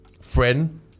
Friend